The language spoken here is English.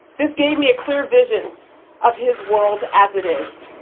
this gave me a clear vision of his world as it is.